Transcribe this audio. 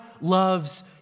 loves